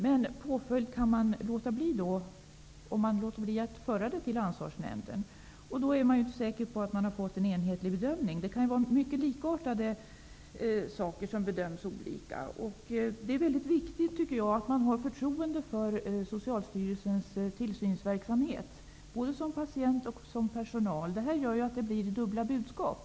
Men Socialstyrelsen kan låta bli att föra ärendet vidare till Ansvarsnämnden, och påföljd kan utebli. Man är då inte säker på att en enhetlig bedömning har gjorts. Många likartade ärenden kan bedömas olika. Det är viktigt att man, både som patient och som personal, har förtroende för Socialstyrelsens tillsynsverkamhet. Ett sådant här förfaringssätt ger dubbla budskap.